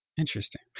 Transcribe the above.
Interesting